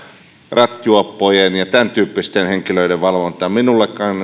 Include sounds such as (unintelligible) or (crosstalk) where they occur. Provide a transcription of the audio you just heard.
rattijuoppojen ja tämäntyyppisten henkilöiden valvontaan minullekaan (unintelligible)